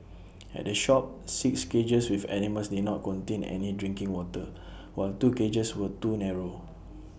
at the shop six cages with animals did not contain any drinking water while two cages were too narrow